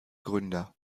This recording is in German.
gründer